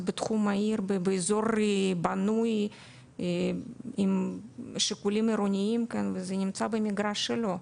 זה בתחום העיר באזור בנוי עם שיקולים עירוניים וזה נמצא במגרש שלו.